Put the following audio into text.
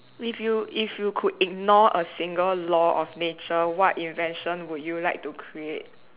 if you if you could ignore a single law of nature what invention would you like to create